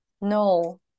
No